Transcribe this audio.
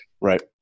Right